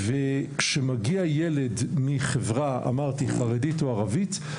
כשמגיע ילד מחברה חרדית או ערבית,